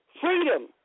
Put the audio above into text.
Freedom